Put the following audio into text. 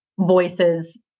voices